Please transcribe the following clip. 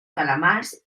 calamars